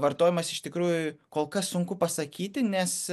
vartojimas iš tikrųjų kol kas sunku pasakyti nes